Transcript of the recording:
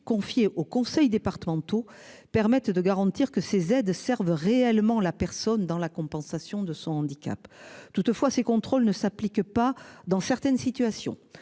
confiée aux conseils départementaux permettent de garantir que ces aides serve réellement la personne dans la compensation de son handicap. Toutefois ces contrôles ne s'applique pas dans certaines situations,